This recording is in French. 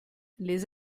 les